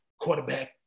Quarterback